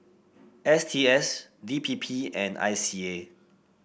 S T S D P P and I C A